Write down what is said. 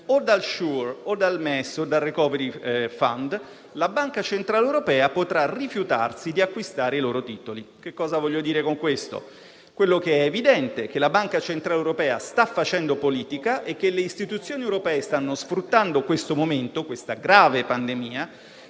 o dal Sure o dal MES, o dal *recovery fund*, la Banca centrale europea potrà rifiutarsi di acquistare i loro titoli. Con questo voglio dire che, come è evidente, la Banca centrale europea sta facendo politica e che le istituzioni europee stanno sfruttando questo momento, questa grave pandemia,